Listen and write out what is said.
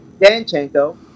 Danchenko